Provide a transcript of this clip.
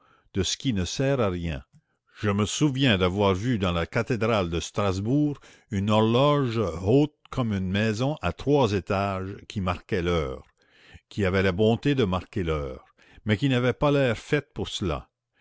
de ce qui ne sert à rien je me souviens d'avoir vu dans la cathédrale de strasbourg une horloge haute comme une maison à trois étages qui marquait l'heure qui avait la bonté de marquer l'heure mais qui n'avait pas l'air faite pour cela